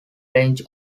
range